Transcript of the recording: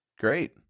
Great